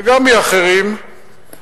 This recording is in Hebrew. וגם מאחרים: